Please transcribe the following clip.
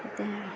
करते हैं